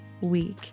week